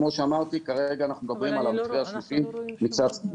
כרגע אנחנו מדברים על המתווה השלישי מצד שמאל.